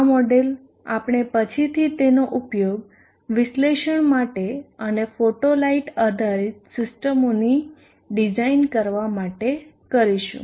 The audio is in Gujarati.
આ મોડેલ આપણે પછીથી તેનો ઉપયોગ વિશ્લેષણ માટે અને ફોટો લાઇટ આધારિત સિસ્ટમોની ડિઝાઇન માટે કરીશું